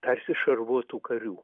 tarsi šarvuotų karių